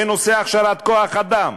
בנושא הכשרת כוח-אדם,